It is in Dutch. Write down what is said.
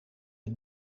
het